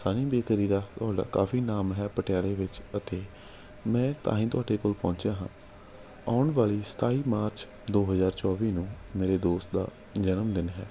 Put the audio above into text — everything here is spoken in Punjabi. ਸੰਨੀ ਬੇਕਰੀ ਦਾ ਤੁਹਾਡਾ ਕਾਫੀ ਨਾਮ ਹੈ ਪਟਿਆਲੇ ਵਿੱਚ ਅਤੇ ਮੈਂ ਤਾਂ ਹੀ ਤੁਹਾਡੇ ਕੋਲ ਪਹੁੰਚਿਆ ਹਾਂ ਆਉਣ ਵਾਲੀ ਸਤਾਈ ਮਾਰਚ ਦੋ ਹਜ਼ਾਰ ਚੌਵੀ ਨੂੰ ਮੇਰੇ ਦੋਸਤ ਦਾ ਜਨਮ ਦਿਨ ਹੈ